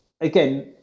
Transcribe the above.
again